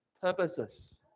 purposes